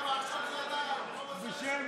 תברך, למה עכשיו, בשם